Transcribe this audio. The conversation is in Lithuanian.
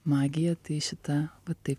magiją tai šita va taip